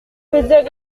faisais